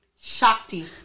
Shakti